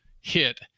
hit